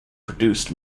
produced